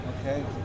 okay